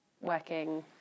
working